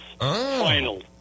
final